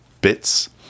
bits